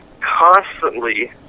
constantly